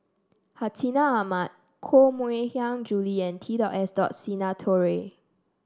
Hartinah Ahmad Koh Mui Hiang Julie and T dot S dot Sinnathuray